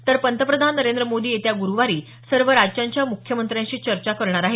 तर पंतप्रधान नरेंद्र मोदी येत्या ग्रुवारी सर्व राज्यांच्या मुख्यमंत्र्यांशी चर्चा करणार आहेत